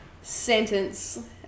sentence